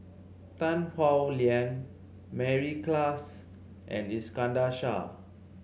Tan Howe Liang Mary Klass and Iskandar Shah